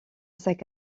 sac